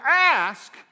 ask